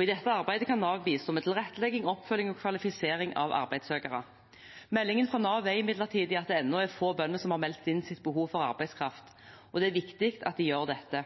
I dette arbeidet kan Nav bistå med tilrettelegging, oppfølging og kvalifisering av arbeidssøkere. Meldingen fra Nav er imidlertid at det ennå er få bønder som har meldt inn sitt behov for arbeidskraft. Det er viktig at de gjør det.